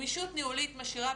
גמישות ניהולית משאירה,